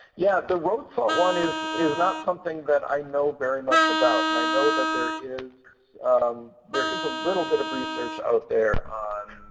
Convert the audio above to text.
yeah the road salt one is is not something that i know very much about. and i know that there is um there is a little bit of research out there on